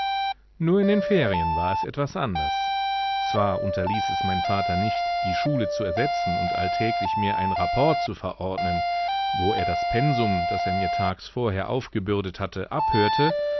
nur in den ferien war es etwas anders zwar unterließ es mein vater nicht die schule zu ersetzen und alltäglich mir einen rapport zu verordnen wo er das pensum das er mir tags vorher aufgebürdet hatte abhörte